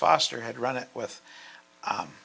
foster had run it with